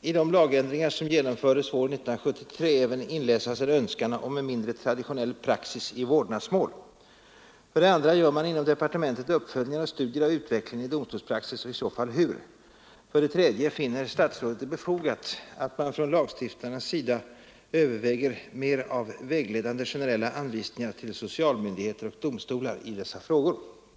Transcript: i de lagändringar som genomfördes våren 1973 även inläsas en önskan om en mindre traditionell praxis i vårdnadsmål? 2. Gör man inom departementet uppföljningar och studier av utvecklingen i domstolspraxis och i så fall hur? 3. Finner statsrådet det befogat att man från lagstiftarnas sida överväger mera av vägledande generella anvisningar till socialmyndigheter och domstolar i dessa frågor?